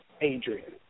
Adrian